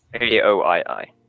A-O-I-I